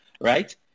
right